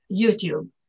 YouTube